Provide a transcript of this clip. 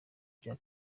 cya